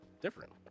different